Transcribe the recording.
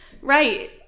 Right